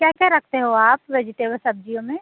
क्या क्या रखते हो आप वेजीटेबल सब्जियों में